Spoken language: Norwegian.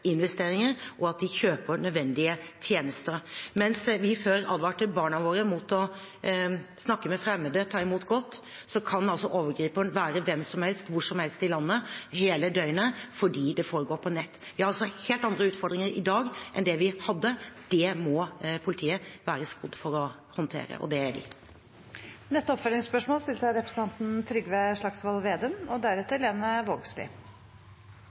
investeringer, og at de kjøper nødvendige tjenester. Mens vi før advarte barna våre mot å snakke med fremmede og å ta imot godteri, kan overgriperen nå være hvem som helst, hvor som helst i landet og hele døgnet fordi det foregår på nettet. Vi har altså helt andre utfordringer i dag enn det vi hadde før. Det må politiet være skodd for å håndtere, og det er de. Trygve Slagsvold Vedum – til oppfølgingsspørsmål.